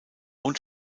und